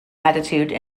attitude